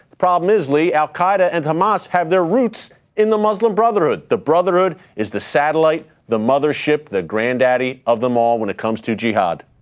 the problem is lee, al qaeda and hamas have their roots in the muslim brotherhood. the brotherhood is the satellite, the mothership, the granddaddy, of them all when it comes to jihad.